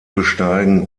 besteigen